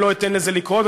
אני לא אתן לזה לקרות,